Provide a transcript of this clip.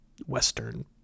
western